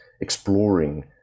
exploring